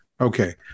Okay